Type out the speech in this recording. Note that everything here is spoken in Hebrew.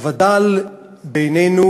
הווד"ל בעינינו